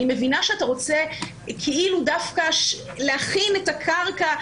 אני מבינה שאתה רוצה כאילו דווקא להכין את הקרקע,